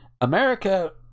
America